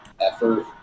effort